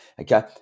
okay